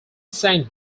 sang